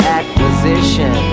acquisition